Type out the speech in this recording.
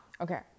Okay